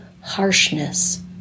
harshness